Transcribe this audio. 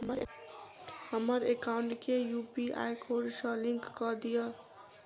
हमरा एकाउंट केँ UPI code सअ लिंक कऽ दिऽ?